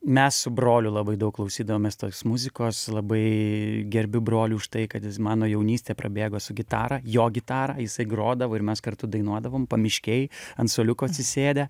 mes su broliu labai daug klausydavomės muzikos labai gerbiu brolį už tai kad jis mano jaunystė prabėgo su gitara jo gitara jisai grodavo ir mes kartu dainuodavom pamiškėj ant suoliuko atsisėdę